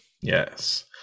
Yes